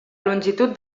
longitud